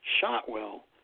Shotwell